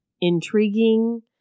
intriguing